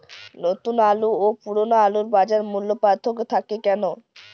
নতুন আলু ও পুরনো আলুর বাজার মূল্যে পার্থক্য থাকে কেন?